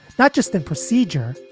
not just in procedure,